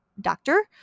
doctor